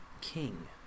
king